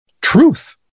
truth